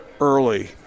early